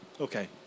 Okay